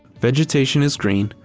vegetation is green,